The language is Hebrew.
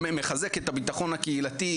מחזק את הבטחון הקהילתי,